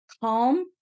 calm